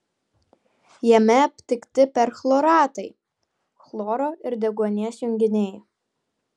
jame aptikti perchloratai chloro ir deguonies junginiai